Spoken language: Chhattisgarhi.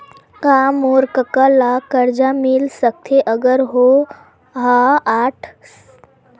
का मोर कका ला कर्जा मिल सकथे अगर ओ हा साठ साल से उपर हे?